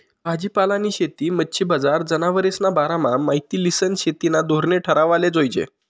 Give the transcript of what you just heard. भाजीपालानी शेती, मच्छी बजार, जनावरेस्ना बारामा माहिती ल्हिसन शेतीना धोरणे ठरावाले जोयजे